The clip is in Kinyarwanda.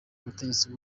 ubutegetsi